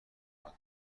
کنند